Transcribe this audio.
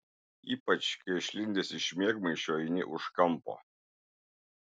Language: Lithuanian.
ypač kai išlindęs iš miegmaišio eini už kampo